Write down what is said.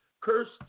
Cursed